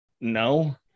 no